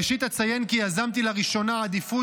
ראשית אציין כי יזמתי לראשונה עדיפות